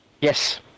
Yes